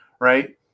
right